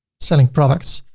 selling products.